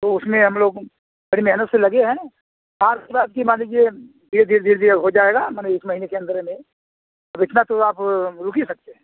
तो उसमें हम लोग बड़ी मेहनत से लगे हैं आज के बाद कि मान लीजिए धीरे धीरे धीरे धीरे अब हो जाएगा मने इस महीने के अंदरे में अब इतना तो आप रुक ही सकते हैं